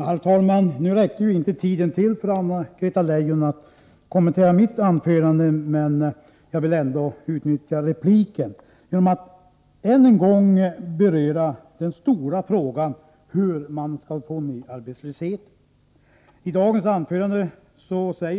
Herr talman! Tiden räckte inte för Anna-Greta Leijon att kommentera mitt anförande, men jag vill ändå utnyttja replikrätten genom att än en gång beröra den stora frågan hur man skall få ned arbetslösheten.